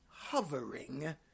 Hovering